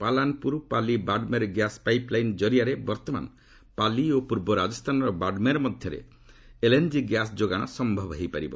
Palanpur Pali Barmer gas pipeline କାରିଆରେ ବର୍ତ୍ତମାନ ପାଲି ଓ ପୂର୍ବ ରାଜସ୍ଥାନର ବାରମେର ମଧ୍ୟରେ ଏଲ୍ଏନ୍ଜି ଗ୍ୟାସ୍ ଯୋଗାଣ ସମ୍ଭବ ହୋଇପାରିବ